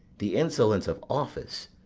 the insolence of office,